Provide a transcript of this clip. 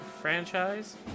franchise